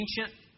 ancient